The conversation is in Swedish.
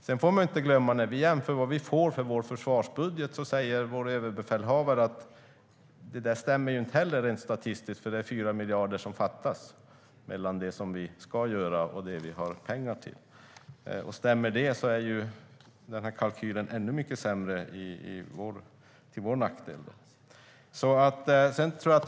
Man får inte glömma att vår överbefälhavare, när vi jämför vad vi får för vår försvarsbudget, säger att det inte stämmer rent statistiskt, för det fattas 4 miljarder mellan det vi ska göra och det vi har pengar till. Om detta stämmer är kalkylen ännu mer till vår nackdel.